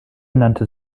nannte